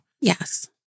Yes